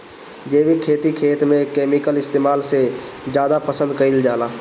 जैविक खेती खेत में केमिकल इस्तेमाल से ज्यादा पसंद कईल जाला